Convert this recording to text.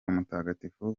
mutagatifu